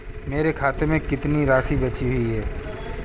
मेरे खाते में कितनी राशि बची हुई है?